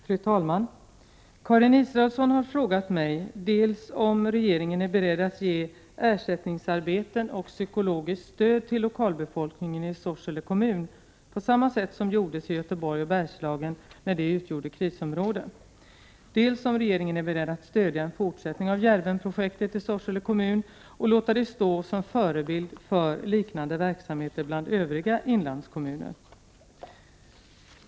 Fru talman! Karin Israelsson har frågat mig, dels om regeringen är beredd att ge ersättningsarbeten och psykologiskt stöd till lokalbefolkningen i Sorsele kommun på samma sätt som gjordes i Göteborg och Bergslagen när de utgjorde krisområde, dels om regeringen är beredd att stödja en fortsättning av Djärvenprojektet i Sorsele kommun och låta det stå som förebild för liknande verksamheter bland övriga inlandskommuner.